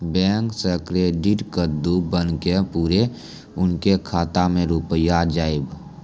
Bank से credit card बन के बुरे उनके खाता मे रुपिया जाएब?